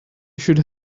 should